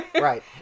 Right